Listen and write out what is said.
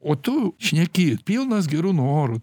o tu šneki pilnas gerų norų